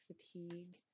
fatigue